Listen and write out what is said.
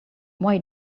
why